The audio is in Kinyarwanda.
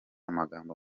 amagambo